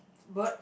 bird